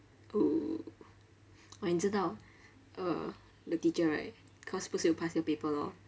oh oh 你知道 uh the teacher right cause 不是有 past year paper lor